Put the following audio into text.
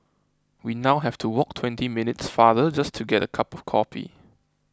we now have to walk twenty minutes farther just to get a cup of coffee